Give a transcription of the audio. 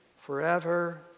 forever